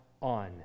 on